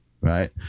right